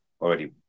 already